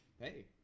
Hey